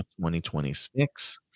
2026